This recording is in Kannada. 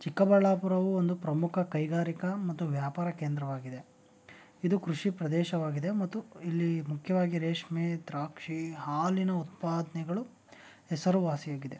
ಚಿಕ್ಕಬಳ್ಳಾಪುರವು ಒಂದು ಪ್ರಮುಖ ಕೈಗಾರಿಕಾ ಮತ್ತು ವ್ಯಾಪಾರ ಕೇಂದ್ರವಾಗಿದೆ ಇದು ಕೃಷಿ ಪ್ರದೇಶವಾಗಿದೆ ಮತ್ತು ಇಲ್ಲಿ ಮುಖ್ಯವಾಗಿ ರೇಷ್ಮೆ ದ್ರಾಕ್ಷಿ ಹಾಲಿನ ಉತ್ಪಾದನೆಗಳು ಹೆಸರುವಾಸಿಯಾಗಿದೆ